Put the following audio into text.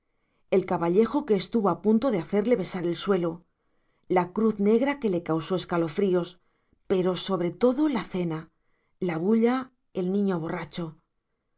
el caballejo que estuvo a punto de hacerle besar el suelo la cruz negra que le causó escalofríos pero sobre todo la cena la bulla el niño borracho